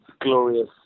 glorious